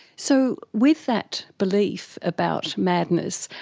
so with that belief about madness,